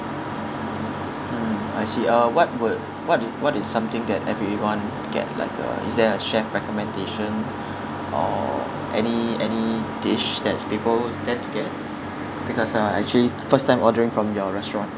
mm I see uh what would what is what is something that everyone get like uh is there a chef recommendation or any any dish that people tend to get because uh I actually first time ordering from your restaurant